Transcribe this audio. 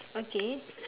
okay